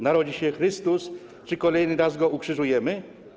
Narodzi się Chrystus czy kolejny raz go ukrzyżujemy?